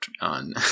on